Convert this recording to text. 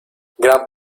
gran